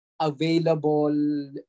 available